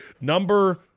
Number